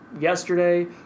yesterday